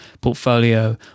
portfolio